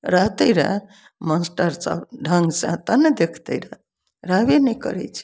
रहतै रए मास्टर सब ढंग सऽ तऽ ने देखतै रए रहबे नहि करै छै